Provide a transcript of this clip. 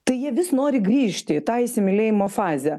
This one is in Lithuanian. tai jie vis nori grįžti į tą įsimylėjimo fazę